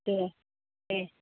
दे दे